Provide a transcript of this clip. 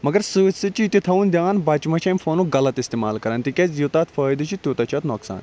مَگَر سۭتۍ سۭتۍ چھُ یِتہٕ تھاوُن دھیان بَچہٕ مہَ چھُ امہِ فونُک غَلَط اِستعمال کَران تکیاز یوٗتاہ اتھ فٲیِدٕ چھُ تیوٗتاہ چھُ اتھ نۄقصان تہِ